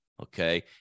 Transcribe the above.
Okay